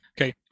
Okay